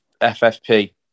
FFP